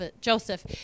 Joseph